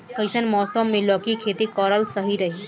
कइसन मौसम मे लौकी के खेती करल सही रही?